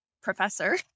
professor